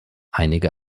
einige